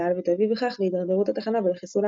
ותביא בכך להידרדרות התחנה ולחיסולה.